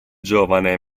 giovane